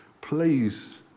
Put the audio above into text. please